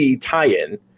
tie-in